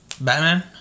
Batman